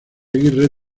aguirre